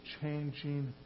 changing